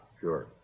Sure